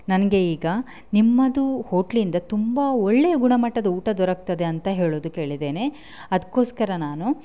ನನಗೆ ಈಗ ನಿಮ್ಮದು ಹೋಟ್ಲಿಂದ ತುಂಬ ಒಳ್ಳೆಯ ಗುಣಮಟ್ಟದ ಊಟ ದೊರಕ್ತದೆ ಅಂತ ಹೇಳೋದು ಕೇಳಿದ್ದೇನೆ ಅದಕ್ಕೋಸ್ಕರ ನಾನು